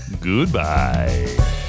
goodbye